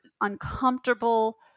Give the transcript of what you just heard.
uncomfortable